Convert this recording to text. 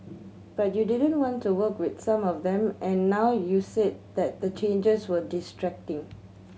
but you didn't want to work with some of them and now you've said that the changes were distracting